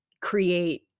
create